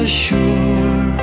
sure